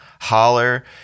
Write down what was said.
holler